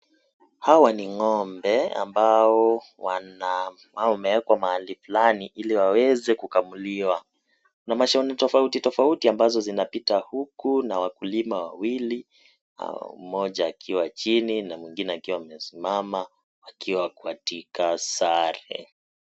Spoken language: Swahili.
Hawa ni ng'ombe, ambao wanaa, au wameekwa mahali fulani ili waweze kukamuliwa. Kuna mashoni tofauti tofauti ambazo zinapita huku, na wakulima wawili, mmoja akiwa chini na mwingine akiwa amesimama, akiwa kwatika sare.